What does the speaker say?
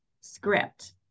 script